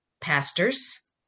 pastors